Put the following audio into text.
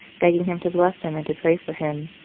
begging him to bless him and to pray for him.